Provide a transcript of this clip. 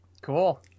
Cool